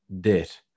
debt